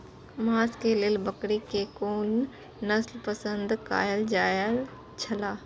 मांस के लेल बकरी के कुन नस्ल पसंद कायल जायत छला?